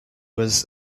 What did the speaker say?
was